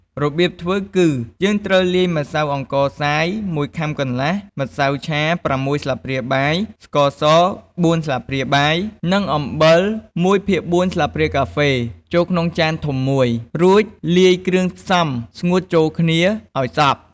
របៀបធ្វើគឺ យើងត្រូវលាយម្សៅអង្ករខ្សាយ ១ខាំកន្លះ ម្សៅឆា ៦ ស្លាបព្រាបាយ ស្ករស ៤ ស្លាបព្រាបាយ និងអំបិល ១ភាគ៤ ស្លាបព្រាកាហ្វេ ចូលក្នុងចានធំមួយ រួចលាយគ្រឿងផ្សំស្ងួតចូលគ្នាឱ្យសព្វ។